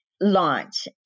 launch